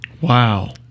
Wow